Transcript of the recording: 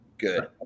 good